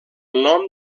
nom